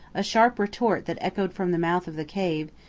a sharp report that echoed from the mouth of the cave,